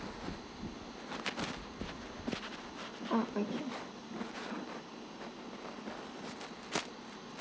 oh okay